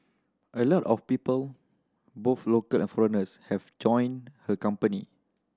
a lot of people both local and foreigners have enjoyed her company